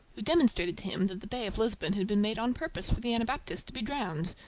who demonstrated to him that the bay of lisbon had been made on purpose for the anabaptist to be drowned.